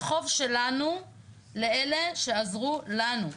החוב שלנו לאלה שעזרו לנו.